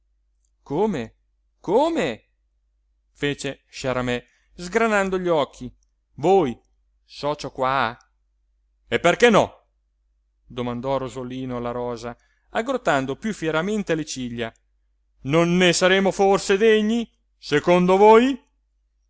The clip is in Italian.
come come fece sciaramè sgranando gli occhi voi socio qua e perché no domandò rosolino la rosa aggrottando piú fieramente le ciglia non ne saremmo forse degni secondo voi